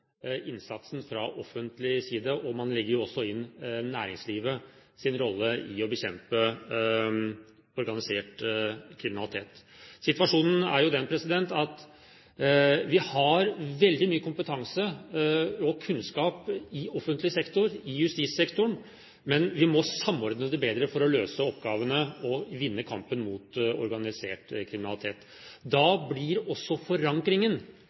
bekjempe organisert kriminalitet. Situasjonen er den at vi har veldig mye kompetanse og kunnskap i offentlig sektor – i justissektoren – men vi må samordne det bedre for å løse oppgavene og vinne kampen mot organisert kriminalitet. Da blir også forankringen